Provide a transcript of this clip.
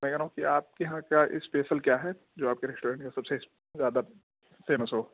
میں کہہ رہا ہوں کہ آپ کے یہاں کا اسپیشل کیا ہے جو آپ کے ریسٹورینٹ میں سب سے زیادہ فیمس ہو